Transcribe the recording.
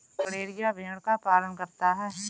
गड़ेरिया भेड़ का पालन करता है